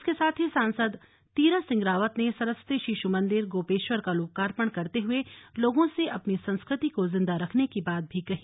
इसके साथ ही सांसद तीरथ सिंह रावत ने सरस्वती शिशु मंदिर गोपेश्वर का लोकार्पण करते हए लोगों से अपनी संस्कृति को जिंदा रखने की बात भी कही